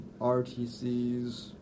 RTC's